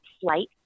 flight